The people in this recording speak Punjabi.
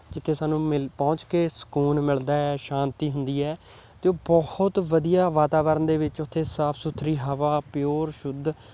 ਜਿੱਥੇ ਸਾਨੂੰ ਮਿਲ ਪਹੁੰਚ ਕੇ ਸਕੂਨ ਮਿਲਦਾ ਹੈ ਸ਼ਾਂਤੀ ਹੁੰਦੀ ਹੈ ਅਤੇ ਉਹ ਬਹੁਤ ਵਧੀਆ ਵਾਤਾਵਰਨ ਦੇ ਵਿੱਚ ਉੱਥੇ ਸਾਫ ਸੁਥਰੀ ਹਵਾ ਪਿਓਰ ਸ਼ੁੱਧ